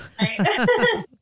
right